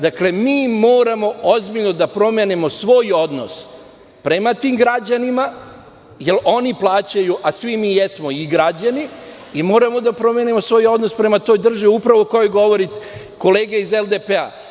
Dakle, mi moramo ozbiljno da promenimo svoj odnos prema tim građanima jer oni plaćaju, a svi mi jesmo i građani i moramo da promenimo svoj odnos prema toj državi, upravo o kojoj govori kolega iz LDP.